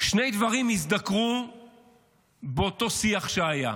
שני דברים הזדקרו באותו שיח שהיה.